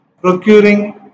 procuring